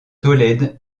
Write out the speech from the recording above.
tolède